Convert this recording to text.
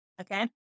Okay